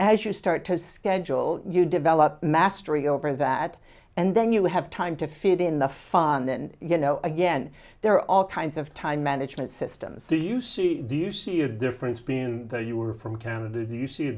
as you start to schedule you develop mastery over that and then you have time to fit in the fire and then you know again there are all kinds of time management systems do you see do you see a difference being that you are from can do you see